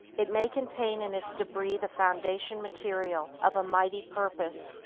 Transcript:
it may contain in its debris the foundation material of a mighty purpose,